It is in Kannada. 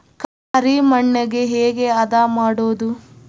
ಕರಿ ಮಣ್ಣಗೆ ಹೇಗೆ ಹದಾ ಮಾಡುದು?